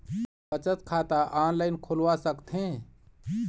बचत खाता ऑनलाइन खोलवा सकथें?